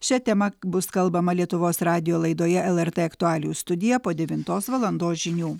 šia tema bus kalbama lietuvos radijo laidoje lrt aktualijų studija po devintos valandos žinių